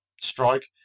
strike